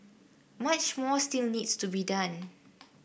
much more still needs to be done